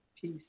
Peace